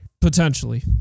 potentially